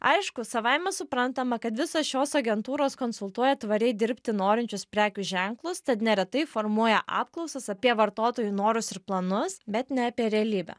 aišku savaime suprantama kad visos šios agentūros konsultuoja tvariai dirbti norinčius prekių ženklus tad neretai formuoja apklausas apie vartotojų norus ir planus bet ne apie realybę